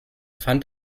fand